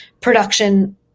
production